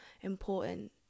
important